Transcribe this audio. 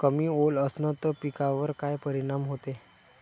कमी ओल असनं त पिकावर काय परिनाम होते?